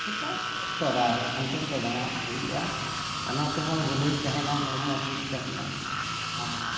ᱥᱮᱛᱟᱜ ᱛᱚᱨᱟᱨᱮ ᱦᱟᱱᱛᱮ ᱦᱟᱱᱛᱮ ᱫᱟᱬᱟ ᱦᱩᱭᱩᱜᱼᱟ ᱚᱱᱟ ᱛᱮᱦᱚᱸ ᱵᱷᱟᱹᱞᱟᱹᱭ ᱛᱟᱦᱮᱱᱟ ᱦᱚᱲᱢᱚ ᱴᱷᱤᱠ ᱛᱟᱦᱮᱱᱟ ᱟᱨ